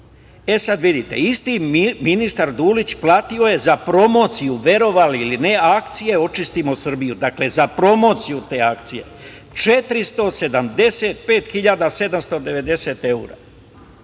DRI.Vidite, isti ministar Dulić platio je za promociju, verovali ili ne, akcije „Očistimo Srbiju“, dakle, za promociju te akcije, 475.790 evra. Da